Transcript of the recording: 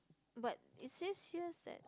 but it says here that